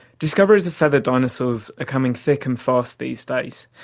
discoveries of feathered dinosaurs are coming thick and fast these days.